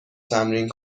تمرین